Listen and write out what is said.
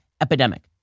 epidemic